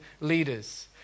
leaders